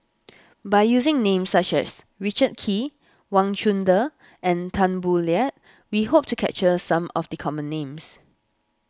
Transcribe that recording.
by using names such as Richard Kee Wang Chunde and Tan Boo Liat we hope to capture some of the common names